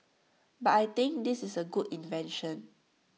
but I think this is A good invention